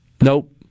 Nope